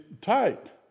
tight